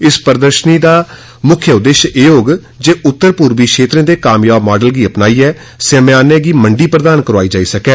इस प्रदर्शनी दा मुक्ख उद्देश्य एह् होग जे उत्तरपूर्वी क्षेत्र दे कामयाब माडल गी अपनाईए समयानें गी मंडी प्रधान करोआई जाई सकै